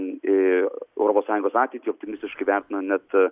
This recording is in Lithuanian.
į europos sąjungos ateitį optimistiškai vertina net